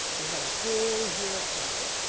you had a whole year of chaucer,